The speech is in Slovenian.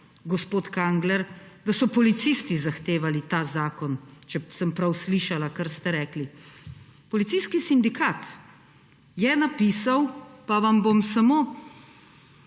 gospod Kangler, da so policisti zahtevali ta zakon, če sem prav slišala, kar ste rekli. Policijski sindikat je napisal, pa vam bom samo